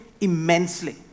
immensely